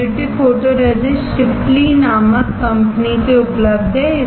positive photoresist Shipley नामक company से उपलब्ध है